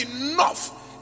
enough